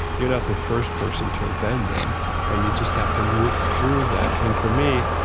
you're not the first person to have been there and you just have to work through that. and for me,